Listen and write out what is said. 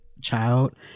child